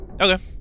Okay